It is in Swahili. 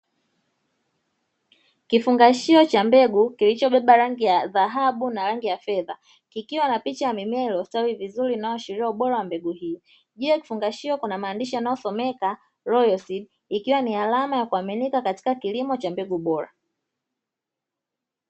Kifungashio cha mbegu kilichobeba rangi ya dhahabu na rangi ya fedha, kikiwa na picha ya mimea iliyostawi vizuri inayoashiria ubora wa mbegu hii, juu ya kifungashio kuna maandishi yanayoelezea royo sidi ikiwa ni alama ya kuaminika katika kilimo cha mbegu bora.